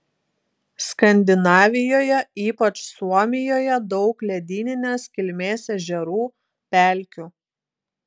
skandinavijoje ypač suomijoje daug ledyninės kilmės ežerų pelkių